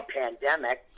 pandemic